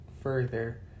further